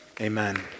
amen